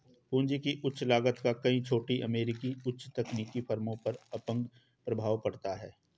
पूंजी की उच्च लागत का कई छोटी अमेरिकी उच्च तकनीकी फर्मों पर अपंग प्रभाव पड़ता है